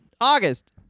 August